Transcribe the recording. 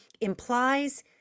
implies